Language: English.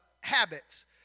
habits